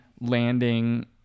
landing